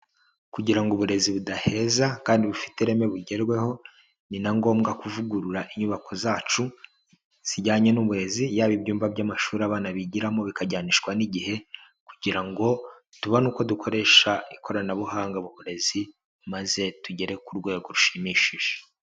Kugira ngo uburezi budaheza kandi bufite ireme bugerweho, ni na ngombwa kuvugurura inyubako zacu zijyanye n'uburezi, yaba ibyumba by'amashuri abana bigiramo bikajyanishwa n'igihe, kugira ngo tubone uko dukoresha ikoranabuhanga mu burezi maze tugere ku rwego rushimishije.